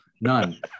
None